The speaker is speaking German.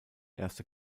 erste